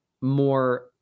more